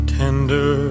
tender